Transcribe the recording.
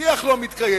שיח לא מתקיים,